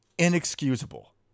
inexcusable